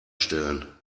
stellen